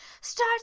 start